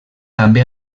també